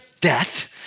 death